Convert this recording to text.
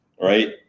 Right